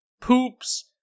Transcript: poops